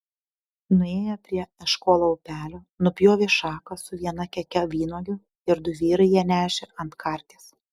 nuėję prie eškolo upelio nupjovė šaką su viena keke vynuogių ir du vyrai ją nešė ant karties